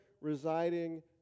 residing